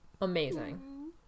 amazing